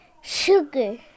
sugar